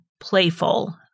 Playful